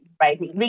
right